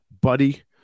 Buddy